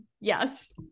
Yes